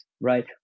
right